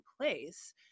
place